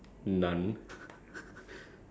exercise lor what else